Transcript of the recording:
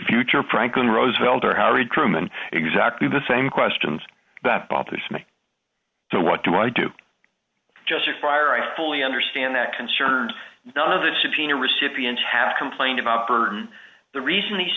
future franklin roosevelt or harry truman exactly the same questions that bothers me so what do i do justifier i fully understand that concern none of the subpoena recipients have complained about for the reason the